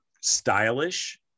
stylish